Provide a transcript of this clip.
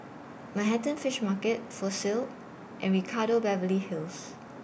Manhattan Fish Market Fossil and Ricardo Beverly Hills